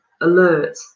alert